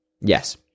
Yes